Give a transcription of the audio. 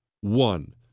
One